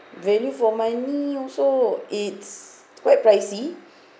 value for money also it's quite pricey